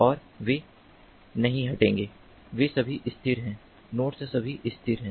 और वे नहीं हटेंगे वे सभी स्थिर हैं नोड्स सभी स्थिर हैं